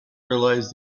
realise